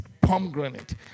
pomegranate